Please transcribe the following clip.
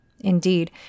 Indeed